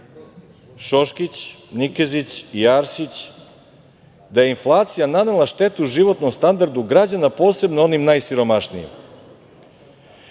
Šoškić, Nikezić i Arsić da je inflacija nanela štetu životnom standardu građana, posebno onim najsiromašnijim.